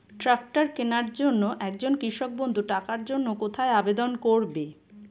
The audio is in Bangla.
ট্রাকটার কিনার জন্য একজন কৃষক বন্ধু টাকার জন্য কোথায় আবেদন করবে?